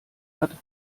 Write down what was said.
hat